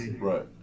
Right